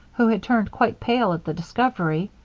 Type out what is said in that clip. who had turned quite pale at the discovery.